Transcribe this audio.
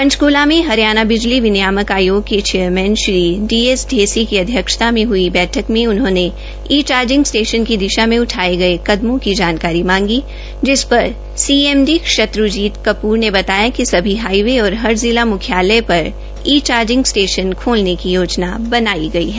पंचकूला में हरियाणा बिजली विनियामक आयोग के चेयरमैन श्री डीएसढेसी की अध्यक्षता में हुई बैठक में उन्होंने ने ई चार्जिंग स्टेशन की दिशा में उठाए गए कदमों की जानकारी मांगी जिस पर सीएमडी शत्रुजीत कपूर ने बताया कि सभी हाइवे और हर जिला मुख्यालय पर ई चार्जिंग स्टेशन खोलने की योजना बनाई गई है